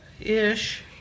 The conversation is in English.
ish